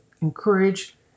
encourage